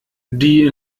die